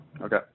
Okay